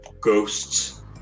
Ghosts